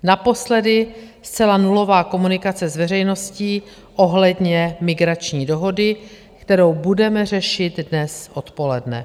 Naposledy zcela nulová komunikace s veřejností ohledně migrační dohody, kterou budeme řešit dnes odpoledne.